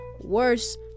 worse